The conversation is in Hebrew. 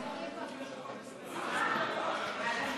אף כי הבכיר ביותר,